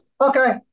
okay